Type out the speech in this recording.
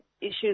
issues